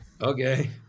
okay